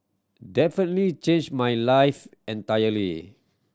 definitely change my life entirely